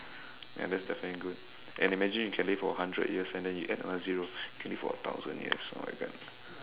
and that's definitely good and imagine you can live for hundred years and then you add another zero you can live for a thousand oh my god